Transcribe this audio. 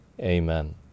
Amen